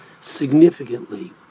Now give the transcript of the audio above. significantly